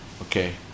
Okay